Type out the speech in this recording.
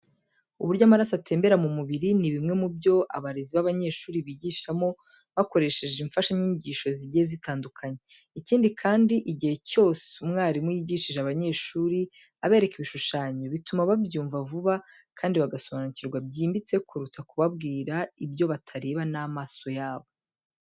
Uburyo amaraso atembera mu mubiri ni bimwe mu byo abarezi b'abanyeshuri bigishamo bakoresheje imfashanyigisho zigiye zitandukanye. Ikindi kandi, igihe cyose umwarimu yigishije abanyeshuri abereka ibishushanyo, bituma babyumva vuba kandi bagasobanukirwa byimbitse kuruta kubabwira ibyo batareba n'amaso yabo.